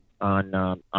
on